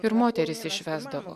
ir moteris išvesdavo